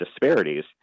disparities